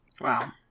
Wow